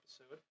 episode